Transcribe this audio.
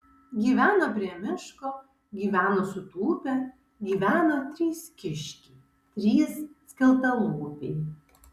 gyveno prie miško gyveno sutūpę gyveno trys kiškiai trys skeltalūpiai